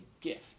gift